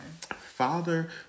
Father